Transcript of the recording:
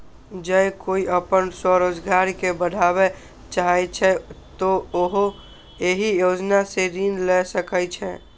जौं कोइ अपन स्वरोजगार कें बढ़ाबय चाहै छै, तो उहो एहि योजना सं ऋण लए सकै छै